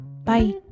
Bye